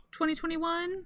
2021